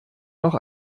noch